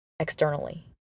Externally